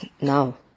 now